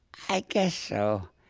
i guess so.